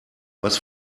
was